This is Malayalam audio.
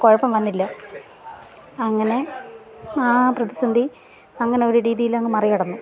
കുഴപ്പം വന്നില്ല അങ്ങനെ ആ പ്രതിസന്ധി അങ്ങനെയൊരു രീതിയിലങ്ങ് മറികടന്നു